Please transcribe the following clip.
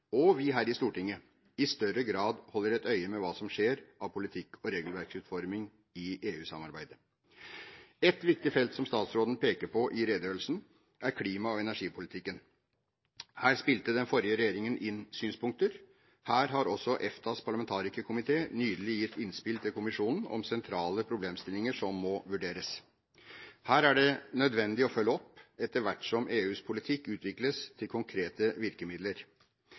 og vi her i Stortinget i større grad holder et øye med hva som skjer av politikk- og regelverksutforming i EU-samarbeidet. Et viktig felt som statsråden peker på i redegjørelsen, er klima- og energipolitikken. Her spilte den forrige regjeringen inn synspunkter. Her har også EFTAs parlamentarikerkomité nylig gitt innspill til kommisjonen om sentrale problemstillinger som må vurderes. Her er det nødvendig å følge opp etter hvert som EUs politikk utvikles til konkrete virkemidler.